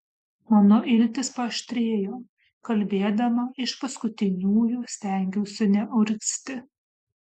mano iltys paaštrėjo kalbėdama iš paskutiniųjų stengiausi neurgzti